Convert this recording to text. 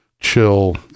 chill